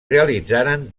realitzaren